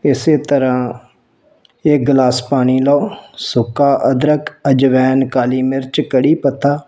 ਇਸੇ ਤਰ੍ਹਾਂ ਇਕ ਗਲਾਸ ਪਾਣੀ ਲਓ ਸੁੱਕਾ ਅਦਰਕ ਅਜਵਾਇਣ ਕਾਲੀ ਮਿਰਚ ਕੜ੍ਹੀ ਪੱਤਾ